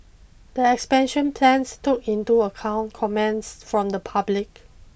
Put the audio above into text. the expansion plans took into account comments from the public